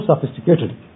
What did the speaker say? sophisticated